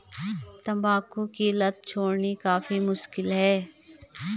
तंबाकू की लत छोड़नी काफी मुश्किल है